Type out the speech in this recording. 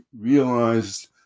realized